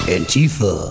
Antifa